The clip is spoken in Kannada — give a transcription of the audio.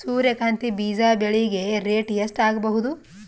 ಸೂರ್ಯ ಕಾಂತಿ ಬೀಜ ಬೆಳಿಗೆ ರೇಟ್ ಎಷ್ಟ ಆಗಬಹುದು?